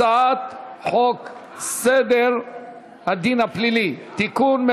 הצעת חוק סדר הדין הפלילי (תיקון,